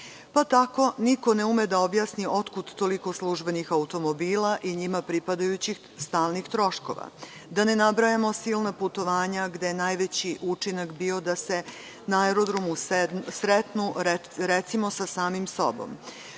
Tako, niko ne ume da objasni otkud toliko službenih automobila i njima pripadajućih stalnih troškova. Da ne nabrajamo silna putovanja, gde je najveći učinak bio da se na aerodromu sretnu, recimo, sa samim sobom.